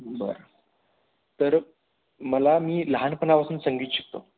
बरं तर मला मी लहानपणापासून संगीत शिकतो